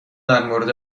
درمورد